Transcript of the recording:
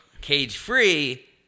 cage-free